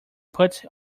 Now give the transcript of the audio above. puts